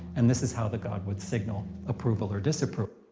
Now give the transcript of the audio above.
and this is how the god would signal approval or disapproval.